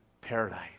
paradise